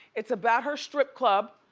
it's about her strip club.